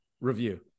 review